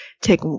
take